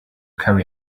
carry